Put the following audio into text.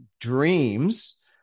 dreams